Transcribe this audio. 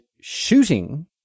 shooting